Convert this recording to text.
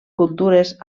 cultures